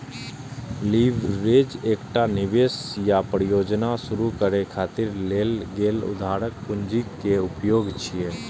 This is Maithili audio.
लीवरेज एकटा निवेश या परियोजना शुरू करै खातिर लेल गेल उधारक पूंजी के उपयोग छियै